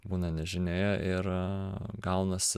būna nežinioje ir gaunasi